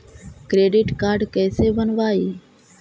Credit card कैसे बनवाई?